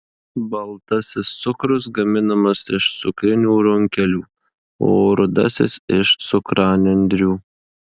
baltasis cukrus gaminamas iš cukrinių runkelių o rudasis iš cukranendrių